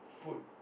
food